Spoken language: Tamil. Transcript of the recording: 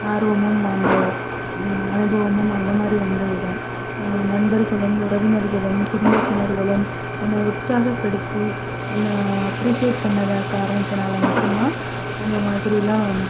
ஆர்வமும் அந்த அனுபவமும் அந்த மாதிரி வந்தது தான் நம்பர்களும் உறவினர்களும் குடும்பத்தினர்களும் என்ன உற்சாகபடுத்தி என்ன அப்ரிசேட் பண்ணத காரணத்தினால மட்டும் தான் அந்த மாதிரிலாம்